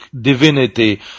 divinity